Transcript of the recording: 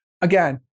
again